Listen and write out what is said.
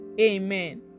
Amen